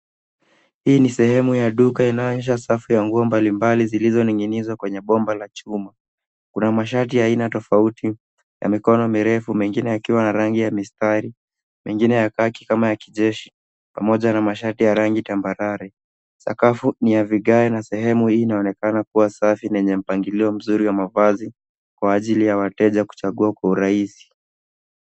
Hii ni sehemu ya duka inayoonyesha safu ya nguo mbalimbali zilizoning'inizwa kwenye bomba la chuma. Kuna mashati ya aina tofauti ya mikono mirefu, mengine yakiwa na rangi ya mistari mengine ya kaki kama ya kijeshi pamoja na mashati ya rangi tambarare. Sakafu ni ya vigae na sehemu hii inaonekana kuwa safi yenye mpangilio mzuri wa mavazi kwa ajili ya wateja kuchagua kwa urahisi.